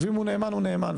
ואם הוא נאמן הוא נאמן.